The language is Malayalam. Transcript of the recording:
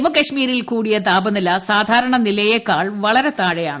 ജമ്മുകശ്മീരിൽ കൂടിയ താപനില സാധാരണ നിലയെക്കാൾ വളരെ താഴെയാണ്